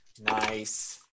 Nice